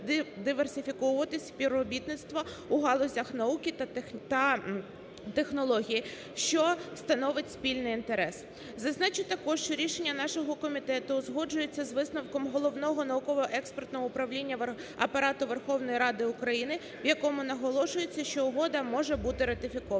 диверсифіковувати співробітництво в галузях науки та технологій, що становить спільний інтерес. Зазначу також, що рішення нашого комітету узгоджується з висновком Головного науково-експертного управління Апарату Верховної Ради України, в якому наголошується, що угода може бути ратифікованою